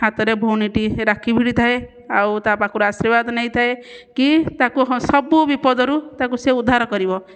ହାତରେ ଭଉଣୀଟି ରାକ୍ଷୀ ଭିଡ଼ିଥାଏ ଆଉ ତା' ପାଖରୁ ଆଶିର୍ବାଦ ନେଇଥାଏ କି ତାକୁ ହଁ ସବୁ ବିପଦରୁ ତାକୁ ସେ ଉଧାର କରିବ